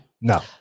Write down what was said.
no